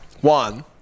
One